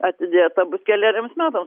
atidėta bus keleriems metams